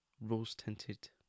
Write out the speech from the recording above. rose-tinted